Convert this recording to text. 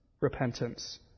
repentance